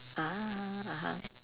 ah (uh huh)